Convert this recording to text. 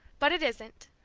but it isn't.